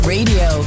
Radio